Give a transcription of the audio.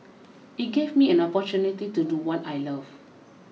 it gave me an opportunity to do what I love